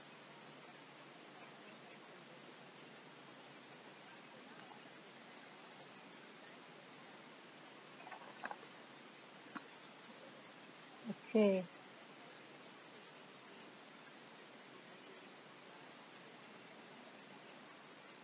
okay